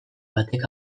batek